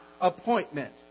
appointment